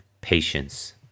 Patience